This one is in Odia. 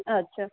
ଆଚ୍ଛା